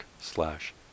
slash